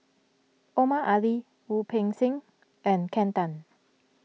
Omar Ali Wu Peng Seng and Henn Tan